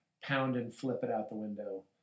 pound-and-flip-it-out-the-window